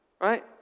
right